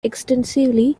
extensively